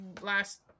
last